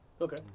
Okay